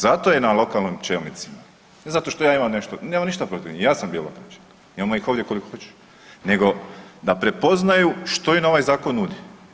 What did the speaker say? Zato je na lokalnim čelnicima, ne zato što ja imam nešto, nemam ništa protiv njih i ja sam bio … [[Govornik se ne razumije]] imamo ih ovdje koliko hoćeš, nego da prepoznaju što im ovaj zakon nudi.